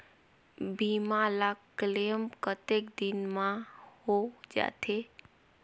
बीमा ला क्लेम कतेक दिन मां हों जाथे?